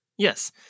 Yes